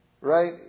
right